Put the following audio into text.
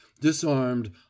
disarmed